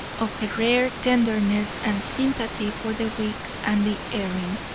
of her rare tenderness and sympathy for the weak and the erring.